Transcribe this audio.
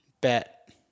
bet